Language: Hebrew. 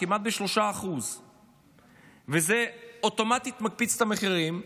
כמעט ב-3% וזה אוטומטית מקפיץ את המחירים,